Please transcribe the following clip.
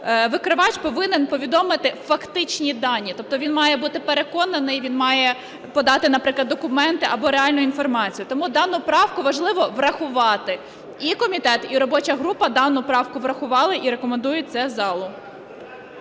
викривач повинен повідомити фактичні дані. Тобто він має бути переконаний, він має подати, наприклад, документ або реальну інформацію. Тому дану правку важливо врахувати. І комітет, і робоча група дану правку врахували і рекомендують це залу.